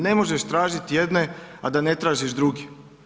Ne možeš tražiti jedne, a da ne tražiš druge.